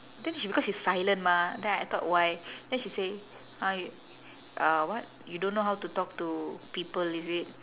then she because she silent mah then I thought why then she say uh y~ uh what you don't know how to talk to people is it